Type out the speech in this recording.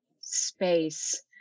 space